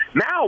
Now